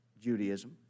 Judaism